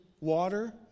water